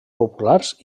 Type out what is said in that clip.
populars